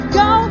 go